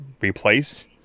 replace